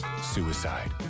suicide